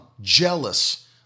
jealous